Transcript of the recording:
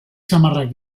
samarrak